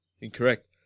Incorrect